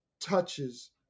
touches